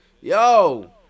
Yo